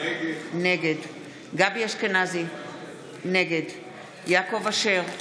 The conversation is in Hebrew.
לגבי הסתייגות 197,